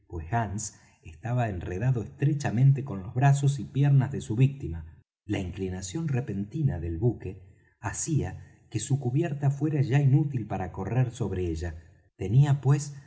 estaba enredado estrechamente con los brazos y piernas de su víctima la inclinación repentina del buque hacía que su cubierta fuera ya inútil para correr sobre ella tenía pues